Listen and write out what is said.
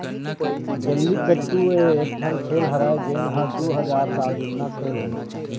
जल्लीकट्टू ए एकठन खेल हरय जेन ह दू हजार साल जुन्ना खेल हे